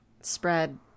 spread